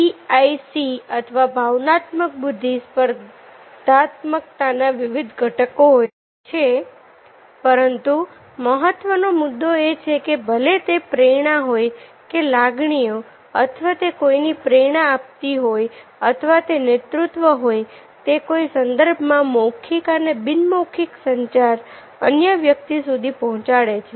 EIC અથવા ભાવનાત્મક બુદ્ધિ સ્પર્ધાત્મકતા ના વિવિધ ઘટકો હોય છે પરંતુ મહત્વનો મુદ્દો એ છે કે ભલે તે પ્રેરણા હોય કે લાગણીઓ અથવા તે કોઈને પ્રેરણા આપતી હોય અથવા તે નેતૃત્વ હોય તે કોઈક સંદર્ભમાં મૌખિક અને બિનમૌખિક સંચાર અન્ય વ્યક્તિ સુધી પહોંચાડે છે